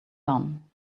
done